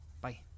Bye